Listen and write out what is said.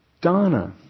Donna